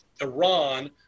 Iran